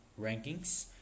rankings